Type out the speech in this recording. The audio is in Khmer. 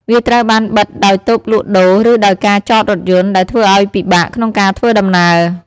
វាត្រូវបានបិទដោយតូបលក់ដូរ ឬដោយការចតរថយន្ត ដែលធ្វើឱ្យពិបាកក្នុងការធ្វើដំណើរ។